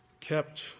kept